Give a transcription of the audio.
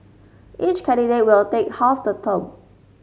each candidate will take half the term